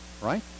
right